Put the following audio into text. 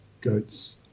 goats